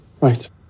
right